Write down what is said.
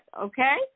okay